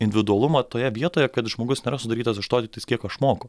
individualumą toje vietoje kad žmogus nėra sudarytas iš to tiktais kiek aš moku